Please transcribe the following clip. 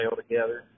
together